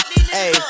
hey